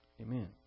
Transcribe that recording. Amen